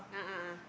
a'ah a'ah